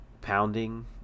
pounding